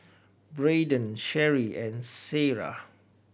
Braydon Sheri and Sierra